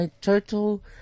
total